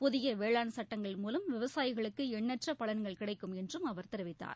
புதிய வேளாண் சட்டங்கள் மூலம் விவசாயிகளுக்கு எண்ணற்ற பலன்கள் கிடைக்கும் என்றும் அவர் தெரிவித்தார்